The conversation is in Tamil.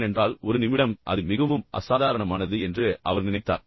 ஏனென்றால் ஒரு நிமிடம் அது மிகவும் அசாதாரணமானது என்று அவர் நினைத்தார்